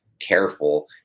careful